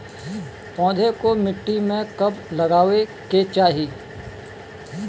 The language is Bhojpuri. पौधे को मिट्टी में कब लगावे के चाही?